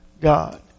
God